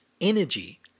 Energy